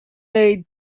aid